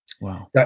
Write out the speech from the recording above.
Wow